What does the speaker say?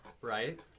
Right